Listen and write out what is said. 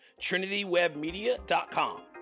trinitywebmedia.com